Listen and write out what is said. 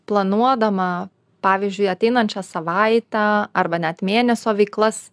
planuodama pavyzdžiui ateinančią savaitę arba net mėnesio veiklas